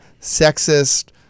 sexist